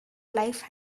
life